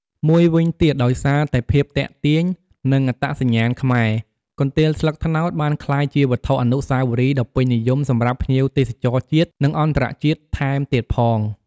មួយវិញទៀត ដោយសារតែភាពទាក់ទាញ និងអត្តសញ្ញាណខ្មែរ កន្ទេលស្លឹកត្នោតបានក្លាយជាវត្ថុអនុស្សាវរីយ៍ដ៏ពេញនិយមសម្រាប់ភ្ញៀវទេសចរជាតិ និងអន្តរជាតិថែមទៀតផង។